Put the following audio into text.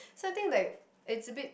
so I think like it's a bit